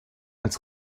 als